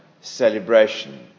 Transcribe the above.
celebration